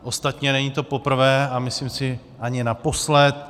Ostatně není to poprvé a myslím si, že ani naposled.